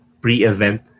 pre-event